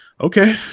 okay